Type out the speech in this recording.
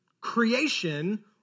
Creation